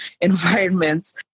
environments